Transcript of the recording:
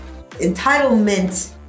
entitlement